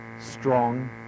strong